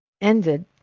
ended